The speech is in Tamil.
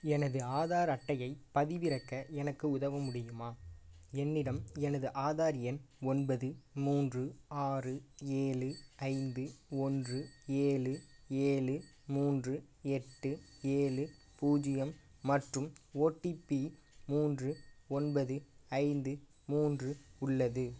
எனது ஆதார் அட்டையைப் பதிவிறக்க எனக்கு உதவ முடியுமா என்னிடம் எனது ஆதார் எண் ஒன்பது மூன்று ஆறு ஏழு ஐந்து ஒன்று ஏழு ஏழு மூன்று எட்டு ஏழு பூஜ்ஜியம் மற்றும் ஓடிபி மூன்று ஒன்பது ஐந்து மூன்று உள்ளது